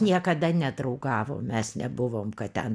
niekada nedraugavom mes nebuvom kad ten